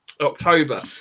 October